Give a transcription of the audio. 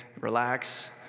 relax